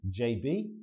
JB